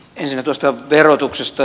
ensinnä tuosta verotuksesta